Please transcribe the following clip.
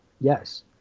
Yes